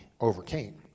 overcame